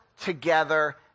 together